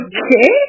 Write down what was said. Okay